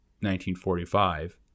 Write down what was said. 1945